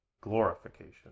glorification